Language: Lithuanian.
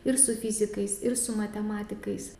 ir su fizikais ir su matematikais